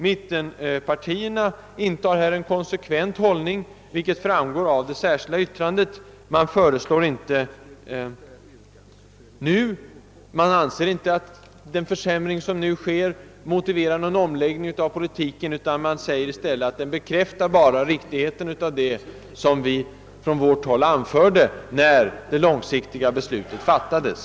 Mittenpartierna intar en konsekvent hållning, vilket framgår av det särskil da yttrandet. Man anser inte att den försämring som nu sker motiverar en omläggning av politiken utan säger i stället att den bara bekräftar riktigheten av vad vi från vårt håll anförde när det långsiktiga beslutet fattades.